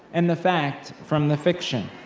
and the fact from the fiction.